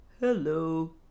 Hello